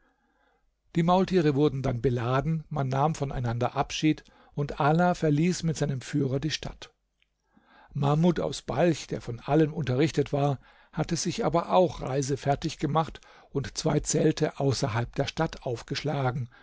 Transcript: die maultiere wurden dann beladen man nahm voneinander abschied und ala verließ mit seinem führer die stadt mahmud aus balch der von allen unterrichtet war hatte sich aber auch reisefertig gemacht und zwei zelte außerhalb der stadt aufgeschlagen